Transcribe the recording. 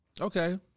Okay